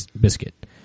biscuit